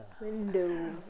window